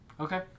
Okay